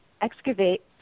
excavate